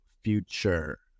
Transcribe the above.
future